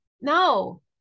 No